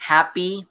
Happy